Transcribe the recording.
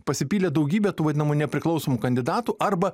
pasipylė daugybė tų vadinamų nepriklausomų kandidatų arba